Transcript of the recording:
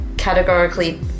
categorically